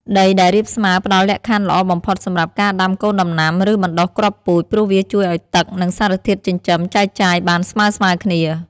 ដីដែលរាបស្មើផ្តល់លក្ខខណ្ឌល្អបំផុតសម្រាប់ការដាំកូនដំណាំ ឬបណ្ដុះគ្រាប់ពូជ ព្រោះវាជួយឲ្យទឹក និងសារធាតុចិញ្ចឹមចែកចាយបានស្មើៗគ្នា។